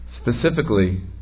specifically